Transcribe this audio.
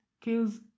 Kills